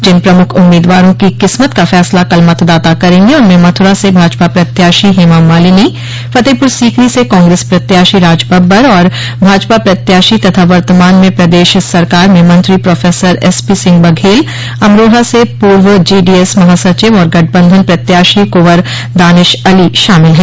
जिन प्रमुख उम्मीदवारों की किश्मत का फैसला कल मतदाता करेंगे उनमें मथुरा से भाजपा प्रत्याशी हेमामालिनी फतेहपुर सीकरी से कांग्रेस प्रत्याशी राज बब्बर और भाजपा प्रत्याशी तथा वर्तमान में प्रदेश सरकार में मंत्री प्रोफेसर एसपी सिंह बघेल अमरोहा से पूर्व जेडीएस महासचिव और गठबन्धन प्रत्याशी कुँवर दानिश अली शामिल हैं